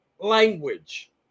language